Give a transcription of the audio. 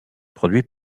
produit